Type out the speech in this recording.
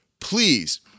Please